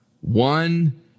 One